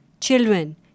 children